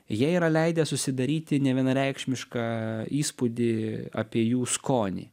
jie yra leidę susidaryti nevienareikšmišką įspūdį apie jų skonį